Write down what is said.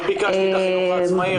מאוד ביקשתי את החינוך העצמאי,